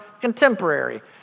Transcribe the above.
contemporary